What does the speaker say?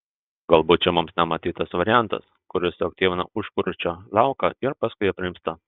galbūt čia mums nematytas variantas kuris suaktyvina užkrūčio liauką ir paskui aprimsta